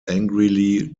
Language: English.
angrily